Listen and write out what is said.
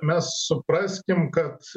mes supraskim kad